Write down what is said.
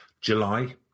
July